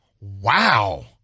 wow